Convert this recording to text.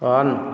on